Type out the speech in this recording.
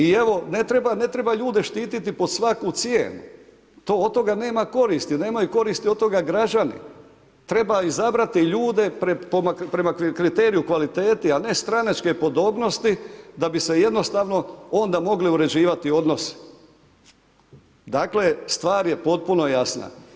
I ne treba ljude štiti pod svaku cijenu to od toga nema koristi, nemaju koristi od toga građani, treba izabrati ljude, prema kriteriju kvaliteti, a ne stranačke podobnosti, da bi se jednostavno onda mogli uređivati odnos dakle, stvar je potpuno jasna.